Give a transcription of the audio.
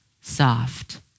soft